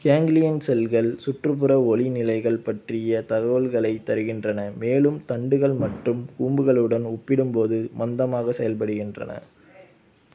ganglion செல்கள் சுற்றுப்புற ஒளி நிலைகள் பற்றிய தகவல்களைத் தருகின்றன மேலும் தண்டுகள் மற்றும் கூம்புகளுடன் ஒப்பிடும்போது மந்தமாக செயல்படுகின்றன